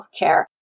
healthcare